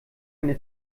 eine